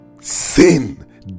Sin